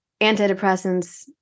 antidepressants